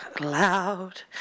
loud